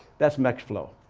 that's next flow.